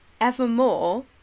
evermore